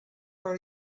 are